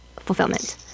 fulfillment